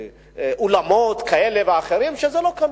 אולמות כאלה ואחרים, שזה לא כלול.